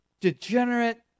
degenerate